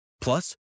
Plus